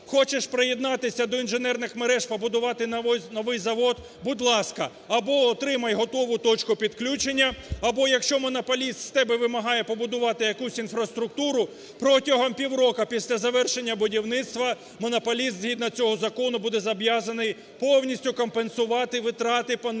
хочеш приєднатися до інженерних мереж, побудувати новий завод, будь ласка, або отримай готову точку підключення, або, якщо монополіст з тебе вимагає побудувати якусь інфраструктуру протягом півроку після завершення будівництва, монополіст згідно цього закону буде зобов'язаний повністю компенсувати витрати, понесені